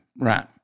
right